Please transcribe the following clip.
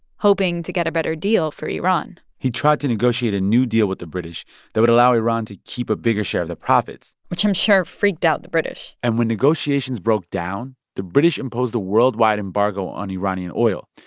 hoping to get a better deal for iran he tried to negotiate a new deal with the british that would allow iran to keep a bigger share of the profits which i'm sure freaked freaked out the british and when negotiations broke down, the british imposed a worldwide embargo on iranian oil.